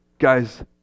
guys